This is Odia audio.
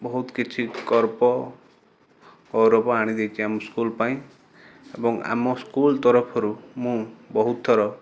ବହୁତ କିଛି ଗର୍ବ ଗର୍ବ ଆଣି ଦେଇଛି ଆମ ସ୍କୁଲ ପାଇଁ ଏବଂ ଆମ ସ୍କୁଲ ତରଫରୁ ମୁଁ ବହୁତଥର